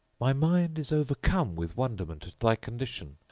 my mind is overcome with wonderment at thy condition.